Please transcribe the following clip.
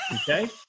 Okay